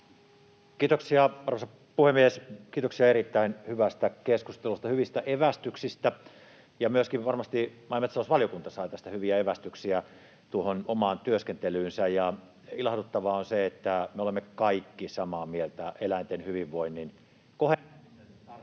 Kiitoksia, arvoisa puhemies! Kiitoksia erittäin hyvästä keskustelusta ja hyvistä evästyksistä, ja myöskin varmasti maa- ja metsätalousvaliokunta sai tästä hyviä evästyksiä omaan työskentelyynsä. Ilahduttavaa on, että olemme kaikki samaa mieltä eläinten hyvinvoinnin kohentamisen tarpeesta,